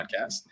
podcast